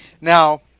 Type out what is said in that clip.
Now